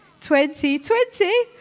2020